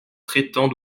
traitant